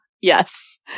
Yes